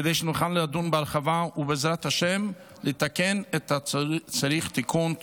כדי שנוכל לדון בהרחבה ובעזרת השם לתקן את הצריך תיקון.